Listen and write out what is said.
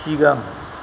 सिगां